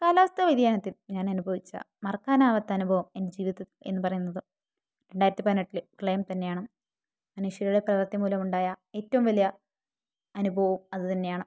കാലാവസ്ഥ വ്യതിയാനത്തിൽ ഞാൻ അനുഭവിച്ച മറക്കാനാവാത്ത അനുഭവം എൻ്റെ ജീവിതത്തിൽ എന്ന് പറയുന്നത് രണ്ടായിരത്തി പതിനെട്ടിലെ പ്രളയം തന്നെയാണ് മനുഷ്യരുടെ പ്രവർത്തി മൂലമുണ്ടായ ഏറ്റവും വലിയ അനുഭവും അത് തന്നെയാണ്